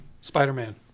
Spider-Man